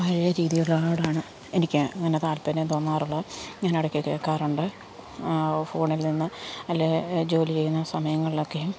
പഴയ രീതിയിലോടാണ് എനിക്ക് ഇങ്ങനെ താൽപ്പര്യം തോന്നാറുള്ളത് ഞാൻ ഇടയ്ക്ക് കേൾക്കാറുണ്ട് ഫോണിൽ നിന്ന് അല്ലെങ്കിൽ ജോലി ചെയ്യുന്ന സമയങ്ങളിലൊക്കെയും